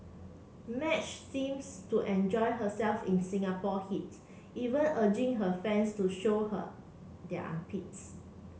Madge seems to enjoy herself in Singapore heats even urging her fans to show her their armpits